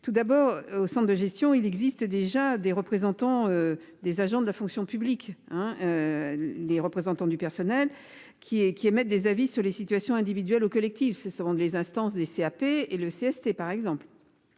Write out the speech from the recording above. Tout d'abord au centre de gestion, il existe déjà des représentants des agents de la fonction publique hein. Les représentants du personnel qui est qui émettent des avis sur les situations individuelles au collectif c'est seront les instances des C A P et le CST par exemple.